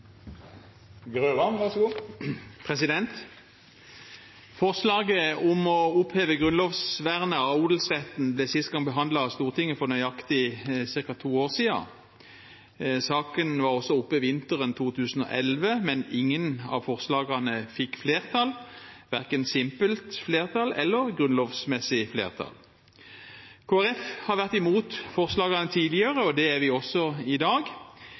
Forslaget om å oppheve grunnlovsvernet av odelsretten ble sist gang behandlet av Stortinget for nøyaktig to år siden. Saken var også oppe vinteren 2011, men ingen av forslagene fikk flertall, verken simpelt flertall eller grunnlovsmessig flertall. Kristelig Folkeparti har vært imot forslagene tidligere, og det er vi også i dag.